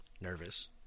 Nervous